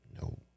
No